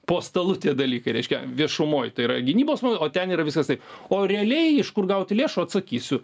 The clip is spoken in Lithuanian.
po stalu tie dalykai reiškia viešumoj tai yra gynybos o ten yra viskas taip o realiai iš kur gauti lėšų atsakysiu